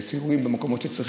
אני גם אעשה סיורים במקומות שצריך,